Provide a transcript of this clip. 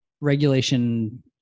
regulation